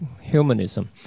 humanism